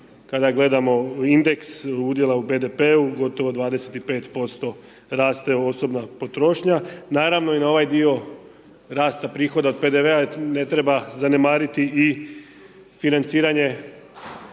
kada gledamo indeks udjela u BDP-u, gotovo 25 raste osobna potrošnja. Naravno i na ovaj dio rasta prihoda od PDV-a ne treba zanemariti i financiranje